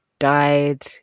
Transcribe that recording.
died